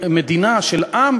שהדמוקרטיה הישראלית יכולה להתקיים